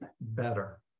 better